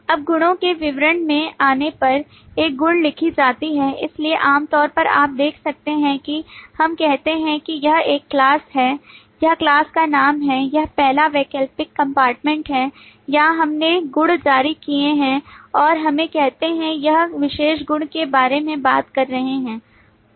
अब गुणओ के विवरण में आने पर एक गुण लिखी जाती है इसलिए आमतौर पर आप देख सकते हैं कि हम कहते हैं कि यह एक class है यह class का नाम है यह पहला वैकल्पिक कम्पार्टमेंट है जहाँ हमने गुण जारी किए हैं और हमें कहते हैं इस विशेष गुण के बारे में बात कर रहे हैं